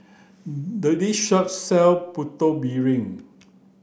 the this shop sell putu piring